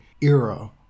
era